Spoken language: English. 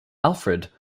alfred